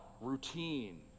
routine